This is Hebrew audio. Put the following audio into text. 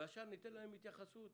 ועכשיו ניתן להם התייחסות.